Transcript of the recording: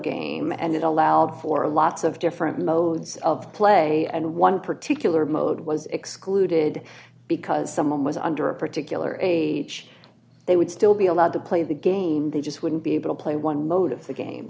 game and it allowed for lots of different modes of play and one particular mode was excluded because someone was under a particular age they would still be allowed to play the game they just wouldn't be able to play one mo